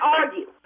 argue